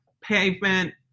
pavement